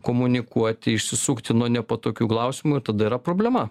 komunikuoti išsisukti nuo nepatogių klausimų ir tada yra problema